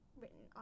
written